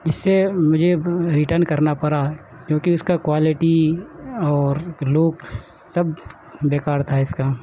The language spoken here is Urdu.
اس سے مجھے ریٹرن کرنا پڑا کیونکہ اس کا کوالٹی اور لک سب بے کار تھا اس کا